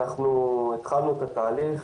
התחלנו את התהליך.